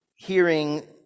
Hearing